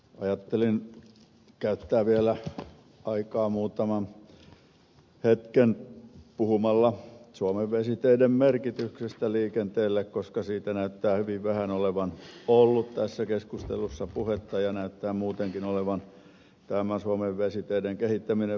ajattelin käyttää vielä aikaa muutaman hetken puhumalla suomen vesiteiden merkityksestä liikenteelle koska siitä näyttää hyvin vähän olleen tässä keskustelussa puhetta ja näyttää muutenkin olevan tämä suomen vesiteiden kehittäminen vastatuulessa